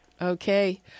Okay